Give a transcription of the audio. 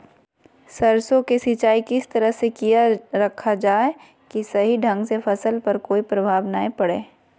सरसों के सिंचाई किस तरह से किया रखा जाए कि सही ढंग से फसल पर कोई प्रभाव नहीं पड़े?